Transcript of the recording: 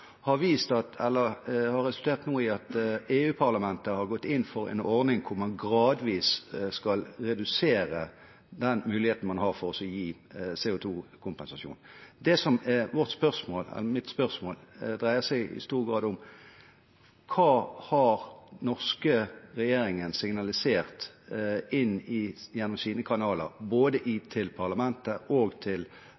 har resultert i at EU-parlamentet har gått inn for en ordning hvor man gradvis skal redusere den muligheten man har for å gi CO2-kompensasjon. Det som er mitt spørsmål, dreier seg i stor grad om hva den norske regjeringen har signalisert gjennom sine kanaler, både til parlamentet og til andre deler av apparatet i